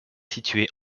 situé